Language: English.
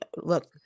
look